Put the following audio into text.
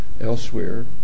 elsewhere